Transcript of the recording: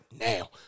now